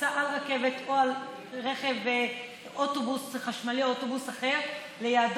ייסע ליעדו על רכבת או על אוטובוס חשמלי או אוטובוס אחר ויחזור.